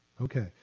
Okay